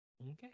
Okay